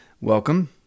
welcome